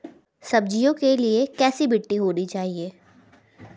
सब्जियों के लिए कैसी मिट्टी होनी चाहिए?